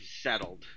settled